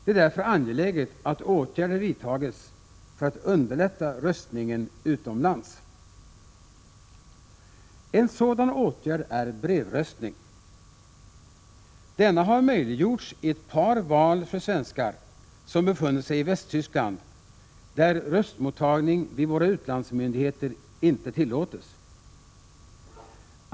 Det är därför angeläget att åtgärder vidtages för att underlätta röstningen utomlands. En sådan åtgärd är brevröstning. Denna typ av röstning har i ett par val möjliggjorts för svenskar som befunnit sig i Västtyskland, där röstmottagning vid våra utlandsmyndigheter inte tillåts.